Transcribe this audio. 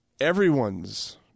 everyone's